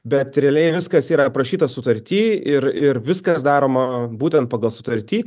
bet realiai viskas yra aprašyta sutarty ir ir viskas daroma būtent pagal sutartį